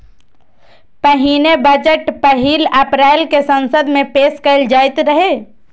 पहिने बजट पहिल अप्रैल कें संसद मे पेश कैल जाइत रहै